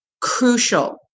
crucial